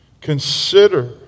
Consider